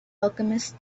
alchemist